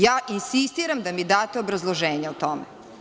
Ja insistiram da mi date obrazloženje o tome.